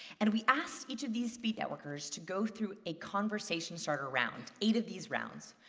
and we asked each of these speed-networkers to go through a conversation starter round eight of these rounds.